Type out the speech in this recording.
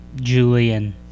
Julian